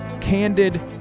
candid